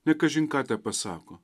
ne kažin ką tepasako